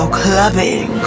clubbing